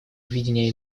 видение